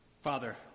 Father